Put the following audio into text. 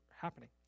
happening